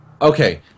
Okay